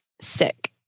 sick